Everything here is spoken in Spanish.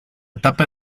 tapa